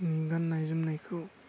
नि गाननाय जोमनायखौ